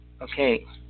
Okay